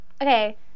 Okay